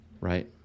Right